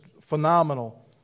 phenomenal